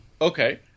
Okay